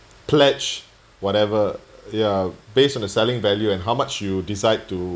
pledge whatever ya based on the selling value and how much you decide to